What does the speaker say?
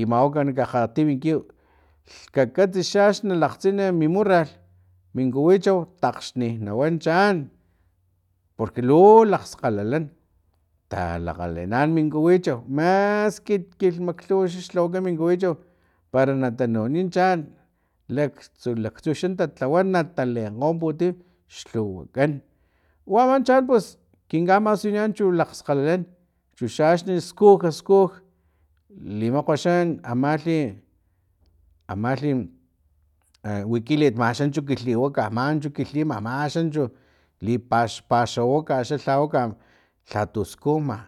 i mawaka akgatimi kiw lh kakatsixa axni na lakgtsini mi murral min kuwichau taxni nawan chaan porque luu lakgskgalalan talakgaleenan min kuwichau maski kilhmaklhuw xa xlhawaka min kuwichau para na tanuni chaan laktsu laktsu tatlawa nata leenkgo putim xlhuwakan uaman chaan pus kin kamasuniyan chu lakgskgalalan chixaxni skuj skuj limakgwan xa amalhi amalhie wikilit manchuxa kilhiwaka manchu kilhima manchu lipax lipaxawaka lhatu skujma